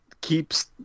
keeps